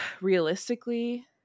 realistically